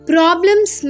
Problems